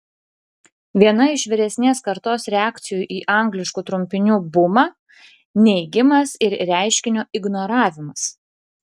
viena iš vyresnės kartos reakcijų į angliškų trumpinių bumą neigimas ir reiškinio ignoravimas